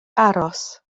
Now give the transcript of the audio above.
aros